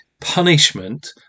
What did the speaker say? punishment